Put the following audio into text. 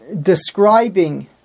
describing